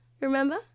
Remember